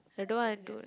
they don't wanna do it